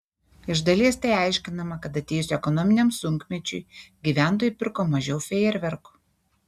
iš dalies tai aiškinama kad atėjus ekonominiam sunkmečiui gyventojai pirko mažiau fejerverkų